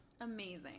Amazing